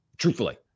truthfully